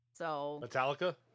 Metallica